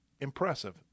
impressive